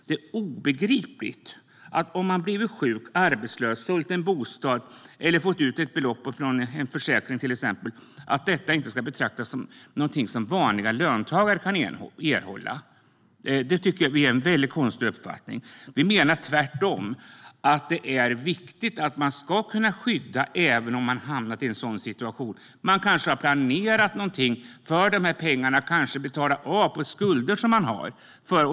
Det är obegripligt att den som har blivit sjuk, arbetslös, sålt en bostad eller fått ut ett belopp från till exempel en försäkring inte ska betraktas som en vanlig löntagare. Det tycker vi är en väldigt konstig uppfattning. Vi menar tvärtom att det är viktigt att man ska kunna skyddas även om man har hamnat i en sådan situation. Man kanske har planerat någonting för de här pengarna, till exempel att betala av på skulder som man har.